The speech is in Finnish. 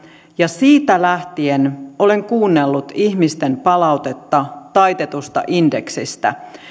ja siitä lähtien olen kuunnellut ihmisten palautetta taitetusta indeksistä